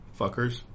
fuckers